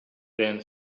then